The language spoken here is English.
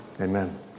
Amen